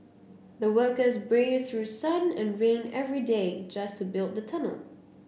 the workers braved through sun and rain every day just to build the tunnel